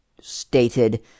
stated